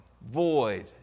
void